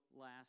last